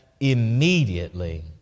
Immediately